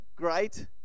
great